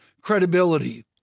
credibility